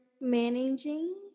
managing